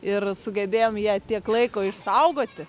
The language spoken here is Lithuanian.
ir sugebėjom ją tiek laiko išsaugoti